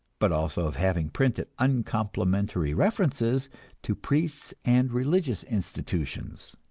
but also of having printed uncomplimentary references to priests and religious institutions.